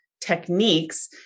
techniques